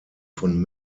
von